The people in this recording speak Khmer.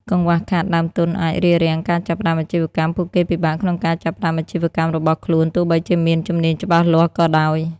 កង្វះខាតដើមទុនអាច រារាំងការចាប់ផ្តើមអាជីវកម្ម ពួកគេពិបាកក្នុងការចាប់ផ្តើមអាជីវកម្មរបស់ខ្លួនទោះបីជាមានជំនាញច្បាស់លាស់ក៏ដោយ។